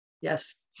Yes